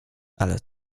ale